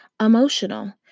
emotional